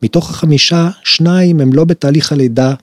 ‫מתוך החמישה, ‫שניים הם לא בתהליך הלידה.